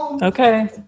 Okay